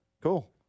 Cool